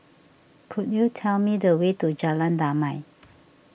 could you tell me the way to Jalan Damai